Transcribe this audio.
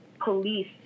police